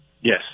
Yes